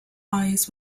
eyes